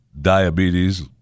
Diabetes